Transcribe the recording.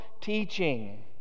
teaching